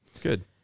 Good